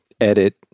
edit